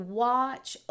watch